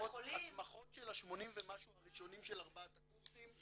בקופת החולים -- הסמכות של ה-80 ומשהו הראשונים של ארבעת הקורסים,